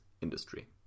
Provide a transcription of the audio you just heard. industry